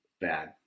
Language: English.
bad